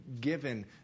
given